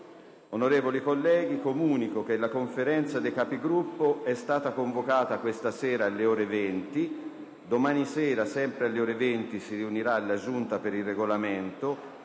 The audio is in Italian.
Onorevoli colleghi, comunico che la Conferenza dei Capigruppo estata convocata questa sera alle ore 20, mentre domani sera, sempre alle ore 20, si riunira la Giunta per il Regolamento.